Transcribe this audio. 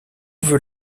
veut